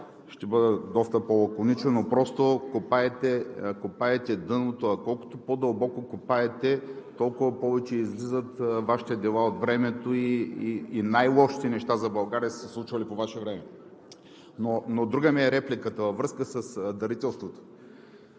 Ще бъда доста по-лаконичен, но просто копаете дъното, а колкото по-дълбоко копаете, толкова повече излизат Вашите дела от времето и най-лошите неща за България са се случвали по Ваше време. Друга ми е репликата – във връзка с дарителството.